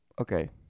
Okay